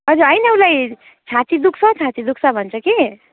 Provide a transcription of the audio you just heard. हजुर होइन उसलाई छाती दुख्छ छाती दुख्छ भन्छ कि